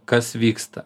kas vyksta